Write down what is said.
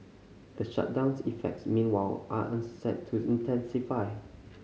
the shutdown's effects meanwhile are set to intensify